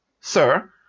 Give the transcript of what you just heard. Sir